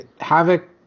Havoc